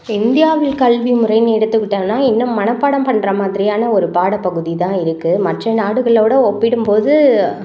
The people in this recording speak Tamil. இந்தியாவில் கல்வி முறைனு எடுத்துக்கிட்டோம்னா இன்னும் மனப்பாடம் பண்ணுற மாதிரியான ஒரு பாடப்பகுதி தான் இருக்குது மற்ற நாடுகளோடு ஒப்பிடும் போது